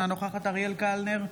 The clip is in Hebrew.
אינה נוכחת אריאל קלנר,